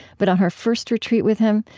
but on her first retreat with him,